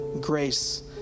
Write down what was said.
grace